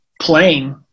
playing